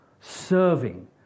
Serving